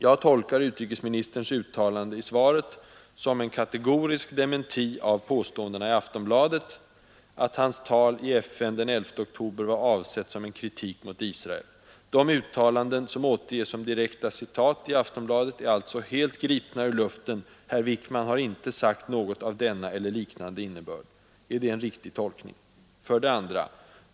Jag tolkar utrikesministerns uttalande i svaret som en kategorisk dementi av påståendena i Aftonbladet, att hans tal i FN den 11 oktober var avsett som en kritik mot Israel. De uttalanden som återges som direkta citat i Aftonbladet är alltså helt gripna ur luften, herr Wickman har inte sagt något av denna eller liknande innebörd. Är det en riktig tolkning? 2.